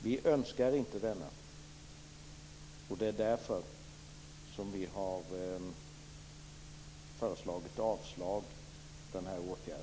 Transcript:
Vi önskar inte en ökning, och det är därför som vi har föreslagit avslag på denna åtgärd.